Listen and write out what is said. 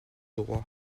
droit